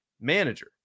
manager